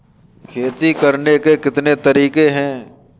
खेती करने के कितने तरीके हैं?